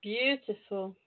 Beautiful